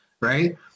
right